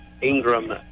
Ingram